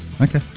Okay